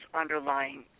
underlying